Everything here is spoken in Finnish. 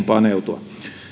paneutua